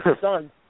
son